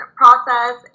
process